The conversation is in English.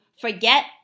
forget